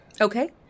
okay